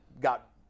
got